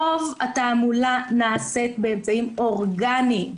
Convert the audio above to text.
רוב התעמולה נעשית באמצעים אורגניים.